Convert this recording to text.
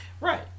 Right